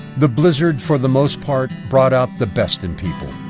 the blizzard, for the most part, brought out the best in people.